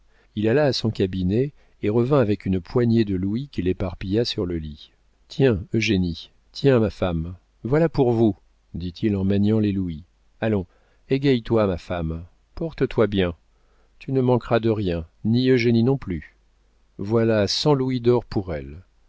il alla à son cabinet et revint avec une poignée de louis qu'il éparpilla sur le lit tiens eugénie tiens ma femme voilà pour vous dit-il en maniant les louis allons égaie toi ma femme porte toi bien tu ne manqueras de rien ni eugénie non plus voilà cent louis d'or pour elle